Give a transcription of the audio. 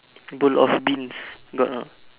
bowl of beans got or not